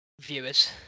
viewers